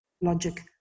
logic